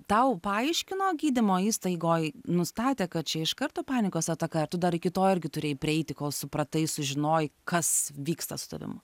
tau paaiškino gydymo įstaigoj nustatė kad čia iš karto panikos ataka ar tu dar iki to irgi turėjai prieiti kol supratai sužinojai kas vyksta su tavim